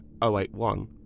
081